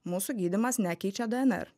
mūsų gydymas nekeičia dnr